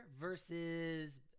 versus